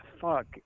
fuck